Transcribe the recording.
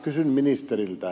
kysyn ministeriltä